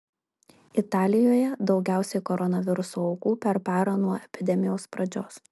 italijoje daugiausiai koronaviruso aukų per parą nuo epidemijos pradžios